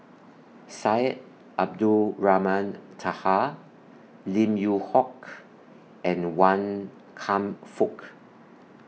Syed Abdulrahman Taha Lim Yew Hock and Wan Kam Fook